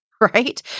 right